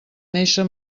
néixer